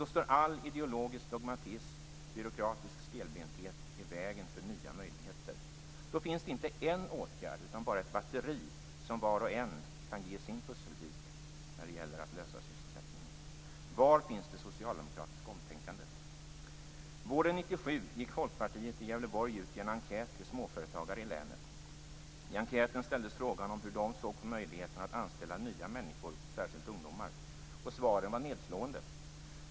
Då står all ideologisk dogmatism och byråkratisk stelbenthet i vägen för nya möjligheter. Då finns inte en åtgärd, utan ett batteri som var och en kan ge sin pusselbit när det gäller att lösa sysselsättningsproblemet. Var finns det socialdemokratiska omtänkandet? Våren 1997 gick Folkpartiet i Gävleborg ut i en enkät till småföretagare i länet. I enkäten ställdes frågan om hur de såg på möjligheten att anställa nya människor, särskilt ungdomar. Svaren var nedslående.